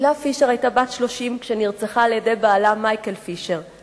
הילה פישר היתה בת 30 כשנרצחה על-ידי בעלה מייקל פישר.